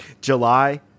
July